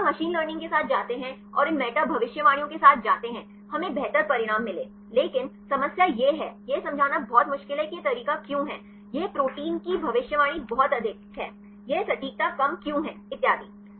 जब आप machine learning के साथ जाते हैं और इन मेटा भविष्यवाणियों के साथ जाते हैं हमें बेहतर परिणाम मिले लेकिन समस्या यह है यह समझाना बहुत मुश्किल है कि यह तरीका क्यों है यह प्रोटीन की भविष्यवाणी बहुत अधिक है यह सटीकता कम क्यों है इत्यादि